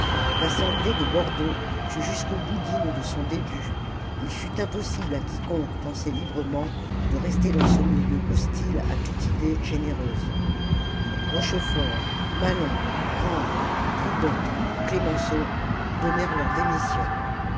l'assemblée de bordeaux fut jusqu'au bout digne de son début il fut impossible à quiconque pensait librement de rester dans ce milieu hostile à toute idée généreuse rochefort malon ranc tridon clemenceau donnèrent leur démission